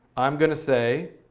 i'm going to say,